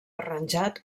arranjat